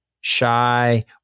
shy